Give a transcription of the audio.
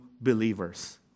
believers